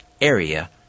Area